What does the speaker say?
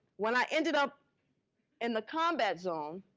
when i ended up in the combat zone,